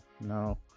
no